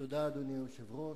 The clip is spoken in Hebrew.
אדוני היושב-ראש,